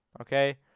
okay